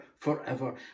forever